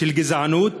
של גזענות,